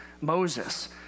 Moses